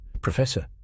Professor